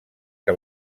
que